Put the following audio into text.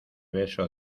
beso